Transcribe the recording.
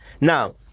now